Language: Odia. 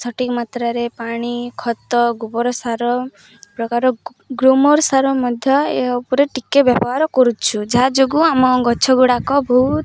ସଠିକ୍ ମାତ୍ରାରେ ପାଣି ଖତ ଗୋବର ସାର ପ୍ରକାର ଗ୍ରୋମର୍ ସାର ମଧ୍ୟ ଏ ଉପରେ ଟିକେ ବ୍ୟବହାର କରୁଛୁ ଯାହା ଯୋଗୁଁ ଆମ ଗଛ ଗୁଡ଼ାକ ବହୁତ